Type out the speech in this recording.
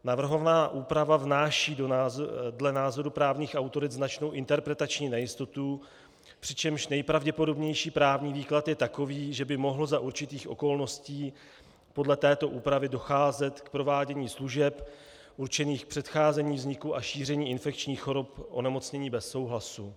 Navrhovaná úprava vnáší dle názoru právních autorit značnou interpretační nejistotu, přičemž nejpravděpodobnější právní výklad je takový, že by mohlo za určitých okolností podle této úpravy docházet k provádění služeb určených k předcházení vzniku a šíření infekčních chorob onemocnění bez souhlasu.